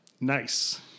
Nice